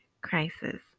crisis